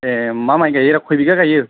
ए मा माइ गायोरा खय बिगा गायो